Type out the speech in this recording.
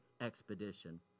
expedition